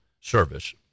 service